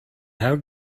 how